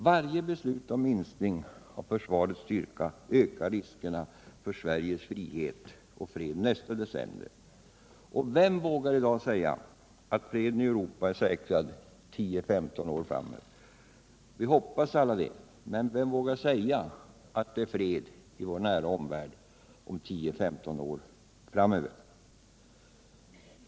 Varje beslut om minskning av försvarets styrka ökar riskerna för Sveriges frihet och fred i nästa decennium. Vem vågar i dag säga att freden i Europa är säkrad 10-15 år framöver? Alla hoppas vi det — men vem vågar säga att det är fred i vår nära omvärld 10-15 år framöver!